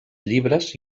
llibres